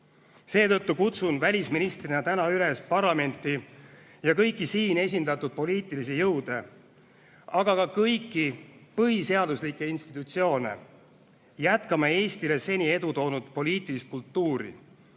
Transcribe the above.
Seetõttu kutsun välisministrina täna üles parlamenti ja kõiki siin esindatud poliitilisi jõude, aga ka kõiki põhiseaduslikke institutsioone jätkama Eestile seni edu toonud poliitilist kultuuri,